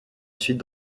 suite